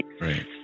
right